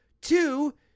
Two